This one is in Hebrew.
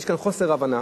יש כאן חוסר הבנה.